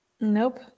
Nope